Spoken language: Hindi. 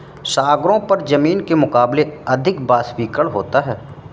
सागरों पर जमीन के मुकाबले अधिक वाष्पीकरण होता है